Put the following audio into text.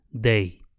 day